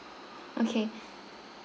okay